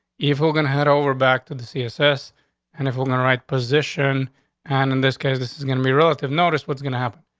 if we're gonna head over back to the css and if we're going right position and in this case, this is gonna be relative noticed what's gonna happen?